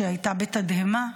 שהייתה בתדהמה,